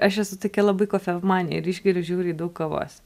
aš esu tokia labai kofemanė ir išgeriu žiauriai daug kavos